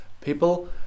people